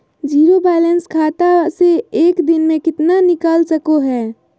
Zero balance खाता से एक दिन में कितना निकाल सको है?